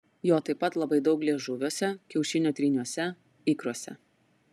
jo taip pat labai daug liežuviuose kiaušinio tryniuose ikruose